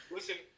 Listen